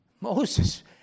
Moses